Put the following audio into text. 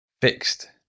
fixed